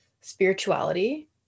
spirituality